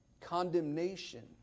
Condemnation